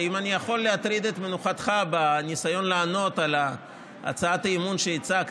האם אני יכול להטריד את מנוחתך בניסיון לענות על הצעת האי-אמון שהצגת?